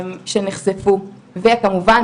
שנחשפו וכמובן,